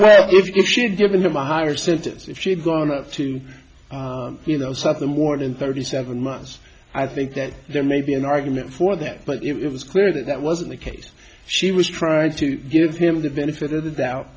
ok if she had given him a higher sentence if she'd gone up to you know something more than thirty seven months i think that there may be an argument for that but it was clear that that wasn't the case she was trying to give him the benefit of the doubt